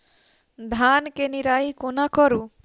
धान केँ निराई कोना करु?